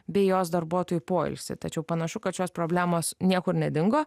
bei jos darbuotojų poilsį tačiau panašu kad šios problemos niekur nedingo